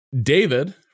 David